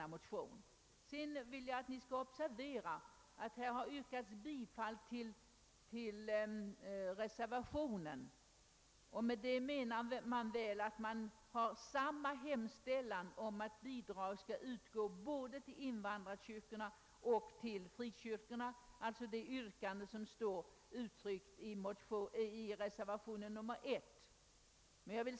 Jag vill att kammarens ledamöter skall observera att det har yrkats bifall till reservationen. Med det menas väl att alla reservanterna har samma hemställan om satt bidrag skall utgå både till invandrarkyrkorna och till frikyrkorna, alltså det yrkande som står i reservationen 1.